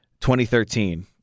2013